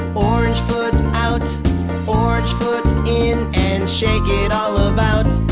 orange foot out orange foot in and shake it all about.